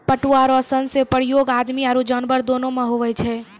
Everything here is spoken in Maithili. पटुआ रो सन रो उपयोग आदमी आरु जानवर दोनो मे हुवै छै